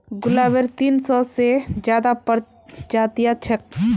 गुलाबेर तीन सौ से ज्यादा प्रजातियां छेक